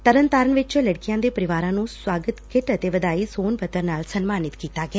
ਤਰਨਤਾਰਨ ਚ ਲੜਕੀਆ ਦੇ ਪਰਿਵਾਰਾਂ ਨੂੰ ਸਵਾਗਤ ਕਿੱਟ ਅਤੇ ਵਧਾਈ ਸੋਨ ਪੱਤਰ ਨਾਲ ਸਨਮਾਨਿਤ ਕੀਤਾ ਗਿਆ